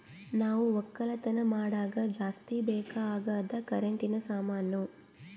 ನಾವ್ ಒಕ್ಕಲತನ್ ಮಾಡಾಗ ಜಾಸ್ತಿ ಬೇಕ್ ಅಗಾದ್ ಕರೆಂಟಿನ ಸಾಮಾನು